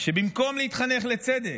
שבמקום להתחנך לצדק,